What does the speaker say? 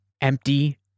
empty